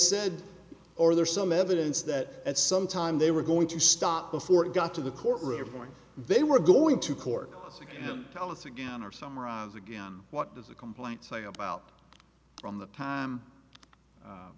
said or there's some evidence that at some time they were going to stop before it got to the court reporter they were going to court and tell us again or summarize again what does the complaint say about on the time